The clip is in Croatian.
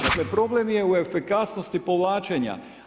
Dakle, problem je u efikasnosti povlačenja.